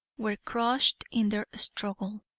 were crushed in the struggle.